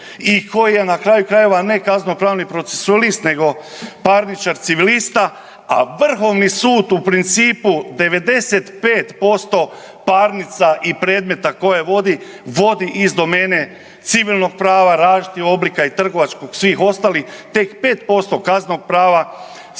i koji je na kraju krajeva ne kazneno pravni procesualist nego parničar civilista, a Vrhovni sud u principu 95% parnica i predmeta koje vodi, vodi iz domene civilnog prava različitih oblika i trgovačkog, svih ostalih tek 5% kaznenog prava